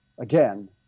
again